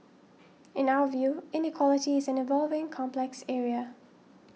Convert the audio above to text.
in our view inequality is an evolving complex area